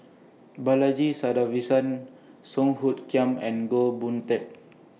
Balaji Sadavisan Song Hoot Kiam and Goh Boon Teck